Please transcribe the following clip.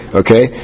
okay